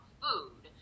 food